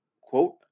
quote